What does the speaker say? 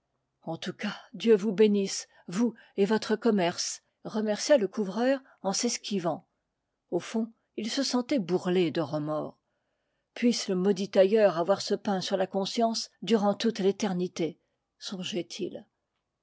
en tout cas dieu vous bénisse vous et votre com merce remercia le couvreur en s'esquivant au fond il se sentait bourrelé de remords puisse le maudit tailleur avoir ce pain sur la conscience durant toute l'éternité songeait-il